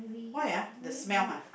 why ah the smell ha